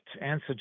answer